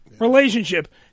relationship